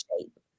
shape